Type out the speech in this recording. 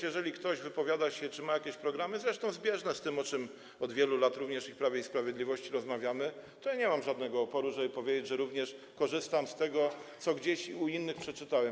Jeżeli więc ktoś wypowiada się czy ma jakieś programy - zresztą zbieżne z tym, o czym od wielu lat również i w Prawie i Sprawiedliwości rozmawiamy - to ja nie mam żadnego oporu, żeby powiedzieć, że również korzystam z tego, co gdzieś u innych przeczytałem.